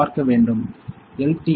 பார்க்க வேண்டும் Refer Time 1459